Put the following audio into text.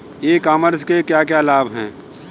ई commerce के क्या क्या लाभ हैं?